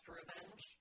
revenge